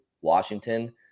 Washington